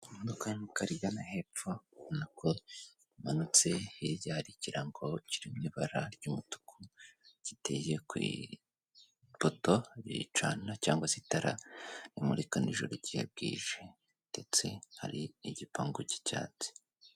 Imodoka y'umukara igana hepfo ubona ko imanutse, hirya hari ikirango kiri mu ibara ry'umutuku giteye ku ipoto ricana cyangwa se itara rimurika nijoro igihe bwije, ndetse hari n'igipangu cy'icyatsi.